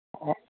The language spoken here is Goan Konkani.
आं